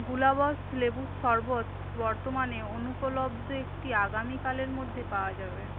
গুলাবস লেবুর শরবত বর্তমানে অনুপলব্ধ একটি আগামীকালের মধ্যে পাওয়া যাবে